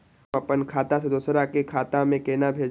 हम आपन खाता से दोहरा के खाता में केना भेजब?